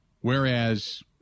Whereas